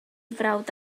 frawd